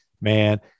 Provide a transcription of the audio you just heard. Man